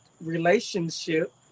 relationship